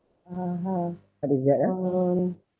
(uh huh) um